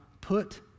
put